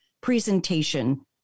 presentation